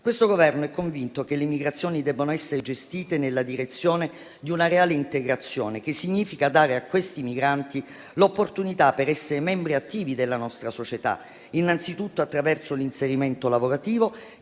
Questo Governo è convinto che le migrazioni debbano essere gestite nella direzione di una reale integrazione, che significa dare a questi migranti l'opportunità di essere membri attivi della nostra società, innanzitutto attraverso l'inserimento lavorativo,